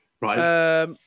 right